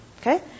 Okay